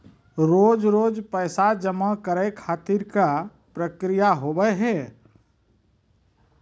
रोज रोज पैसा जमा करे खातिर का प्रक्रिया होव हेय?